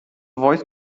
voice